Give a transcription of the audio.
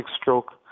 stroke